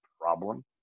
problem